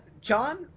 john